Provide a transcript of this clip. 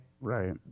right